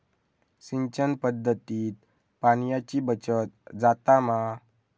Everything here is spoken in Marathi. सिंचन पध्दतीत पाणयाची बचत जाता मा?